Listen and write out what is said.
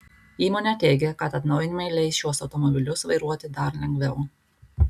įmonė teigia kad atnaujinimai leis šiuos automobilius vairuoti dar lengviau